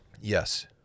Yes